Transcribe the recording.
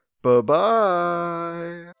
Bye-bye